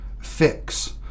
fix